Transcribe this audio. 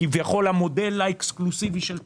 כביכול המודל האקסקלוסיבי של תחרות.